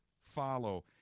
follow